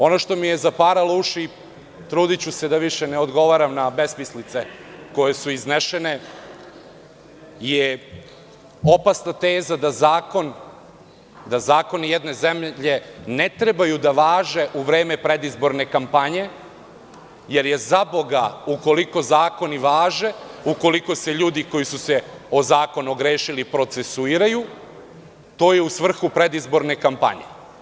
Ono što mi je zaparalo uši, trudiću se da više ne odgovaram na besmislice koje su iznesene, je opasna teza da zakoni jedne zemlje ne treba da važe u vreme predizborne kampanje, jer je zaboga, ukoliko zakoni važe, ukoliko se ljudi koji su se o zakon ogrešili procesuiraju, to je u svrhu predizborne kampanje.